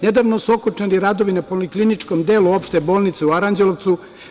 Nedavno su okončani radovi na polikliničkom delu Opšte bolnice u Aranđelovcu.